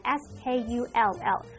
skull